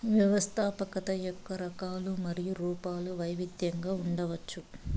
వ్యవస్థాపకత యొక్క రకాలు మరియు రూపాలు వైవిధ్యంగా ఉండవచ్చు